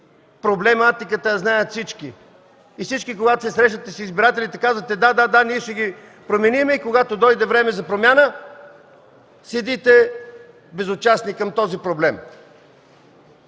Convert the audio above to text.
Проблематиката я знаят всички. И всички, когато се срещате с избирателите, казвате: „Да, ние ще ги променим”, но когато дойде време за промяна, стоите безучастни към този проблем.